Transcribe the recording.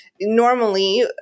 normally